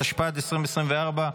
התשפ"ד 2024,